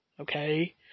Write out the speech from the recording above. Okay